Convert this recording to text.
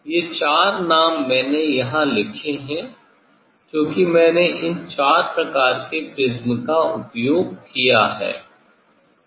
ये चार नाम मैंने यहाँ लिखे हैं क्योंकि मैंने इन चार प्रकार के प्रिज़्म का उपयोग किया है